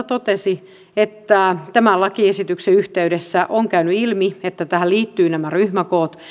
totesi että tämän lakiesityksen yhteydessä on käynyt ilmi että tähän liittyvät nämä ryhmäkoot